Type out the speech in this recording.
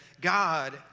god